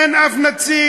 אין אף נציג.